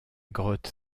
grotte